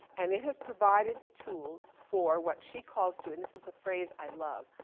and it has provided the tools for what she calls to, and this is a phrase i love,